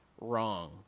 wrong